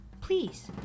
please